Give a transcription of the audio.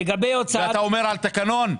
אתה אומר על תקנון?